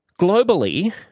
Globally